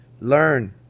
learn